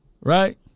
right